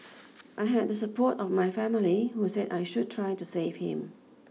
I had the support of my family who said I should try to save him